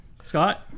Scott